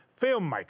filmmaker